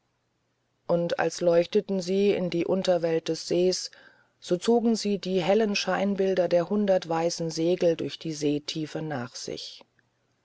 und als leuchteten sie in die unterwelt des sees so zogen sie die hellen scheinbilder der hundert weißen segel durch die seetiefe nach sich